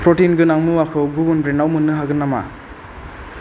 protein गोनां मुवाखौ गुबुन ब्रेन्डाव मोन्नो हागोन नामा